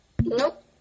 Nope